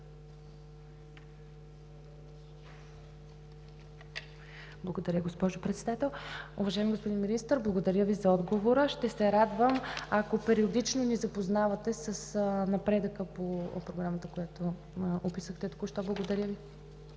Благодаря Ви, госпожо Председател. Уважаеми господин Министър, благодаря Ви за отговора. Ще се радвам, ако периодично ни запознавате с напредъка по Програмата, която описахте току-що. Благодаря Ви.